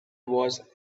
was